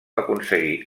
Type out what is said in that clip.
aconseguir